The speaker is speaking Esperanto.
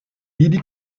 ili